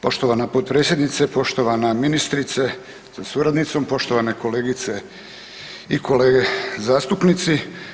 Poštovana potpredsjednice, poštovana ministrice sa suradnicom, poštovane kolegice i kolege zastupnici.